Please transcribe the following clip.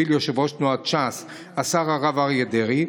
שהוביל יושב-ראש תנועת ש"ס השר הרב אריה דרעי,